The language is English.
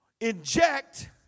inject